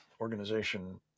Organization